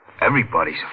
Everybody's